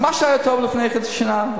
אז מה שהיה טוב לפני חצי שנה,